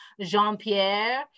Jean-Pierre